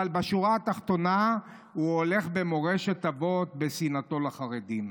אבל בשורה התחתונה הוא הולך במורשת אבות בשנאתו לחרדים.